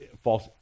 false